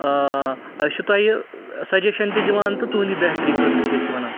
آ اَسہِ چھُ تۄہہِ سَجَشَن تہِ دِوان تہٕ تُہنٛدی بہتری خٲطرٕ چھِ أسۍ یہِ وَنان